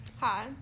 Hi